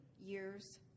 years